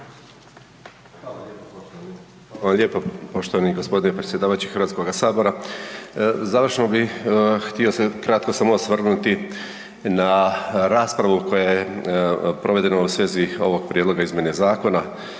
Hvala lijepa poštovani gospodine predsjedavajući Hrvatskoga sabora. Završno bi htio se kratko samo se osvrnuti na raspravu koja je provedena u svezi ovog prijedloga izmjene zakona